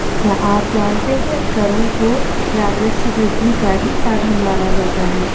क्या आप जानते है करों को राजस्व वृद्धि का ही साधन माना जाता है?